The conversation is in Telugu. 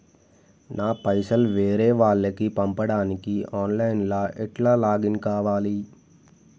నా పైసల్ వేరే వాళ్లకి పంపడానికి ఆన్ లైన్ లా ఎట్ల లాగిన్ కావాలి?